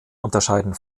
unterscheiden